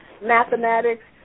mathematics